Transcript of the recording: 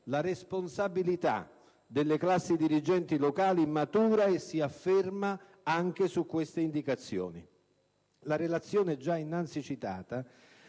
la responsabilità delle classi dirigenti locali matura e si afferma anche su queste indicazioni. La relazione già innanzi citata